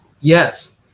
yes